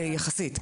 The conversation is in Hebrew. יחסית.